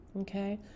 okay